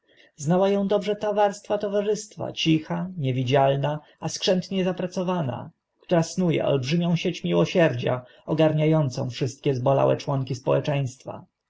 znała ą dobrze ta warstwa towarzystwa cicha niewidzialnie a skrzętnie zapracowana która snu e olbrzymią sieć miłosierdzia ogarnia ącą wszystkie zbolałe członki społeczeństwa